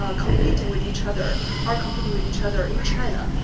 ah competing with each other, are competing with each other in china.